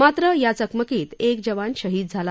मात्र या चकमकीत एक जवान शहीद झाला